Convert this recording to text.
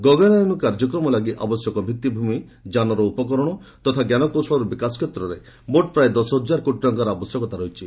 ଗଗନାୟନ କାର୍ଯ୍ୟକ୍ରମ ଲାଗି ଆବଶ୍ୟକ ଭିଭିଭୂମି ଯାନର ଉପକରଣ ତଥା ଞ୍ଜାନକୌଶଳର ବିକାଶ କ୍ଷେତ୍ରରେ ମୋଟ୍ ପ୍ରାୟ ଦଶହଜାର କୋଟି ଟଙ୍କାର ଆବଶ୍ୟକତା ରହିଛି